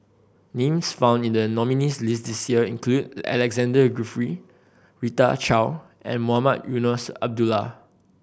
names found in the nominees' list this year include Alexander Guthrie Rita Chao and Mohamed Eunos Abdullah